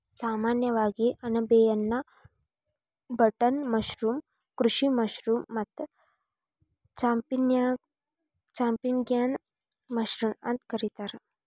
ಸಾಮಾನ್ಯವಾಗಿ ಅಣಬೆಯನ್ನಾ button mushroom, ಕೃಷಿ ಮಶ್ರೂಮ್ ಮತ್ತ ಚಾಂಪಿಗ್ನಾನ್ ಮಶ್ರೂಮ್ ಅಂತ ಕರಿತಾರ